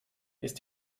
ist